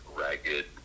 ragged